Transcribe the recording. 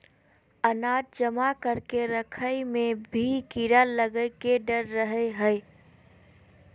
अनाज जमा करके रखय मे भी कीड़ा लगय के डर रहय हय